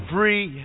Free